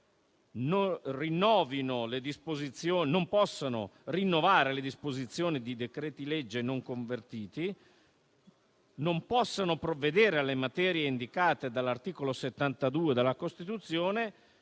non possano rinnovare le disposizioni di decreti-legge non convertiti, non possano provvedere alle materie indicate dall'articolo 72 della Costituzione,